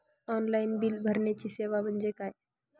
Online bill भरण्याची सेवा म्हणजे काय?